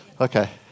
Okay